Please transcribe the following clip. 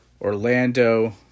Orlando